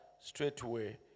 straightway